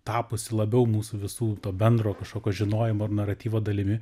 tapusi labiau mūsų visų to bendro kažkokio žinojimo ar naratyvo dalimi